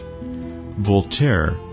Voltaire